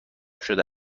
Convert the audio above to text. شده